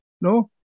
no